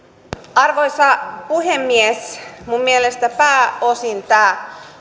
arvoisa puhemies mielestäni pääosin tämä